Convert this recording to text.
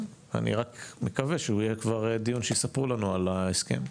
אני רק מקווה שהוא יהיה כבר דיון שיספרו לנו על ההסכם.